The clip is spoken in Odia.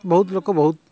ବହୁତ୍ ଲୋକ ବହୁତ୍